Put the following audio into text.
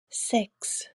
six